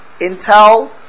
Intel